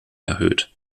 erhöht